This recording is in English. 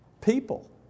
people